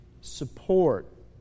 support